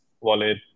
Wallet